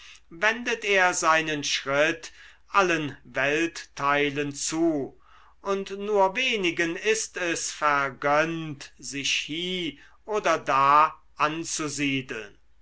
wendet er seinen schritt allen weltteilen zu und nur wenigen ist es vergönnt sich hie oder da anzusiedeln